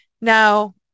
Now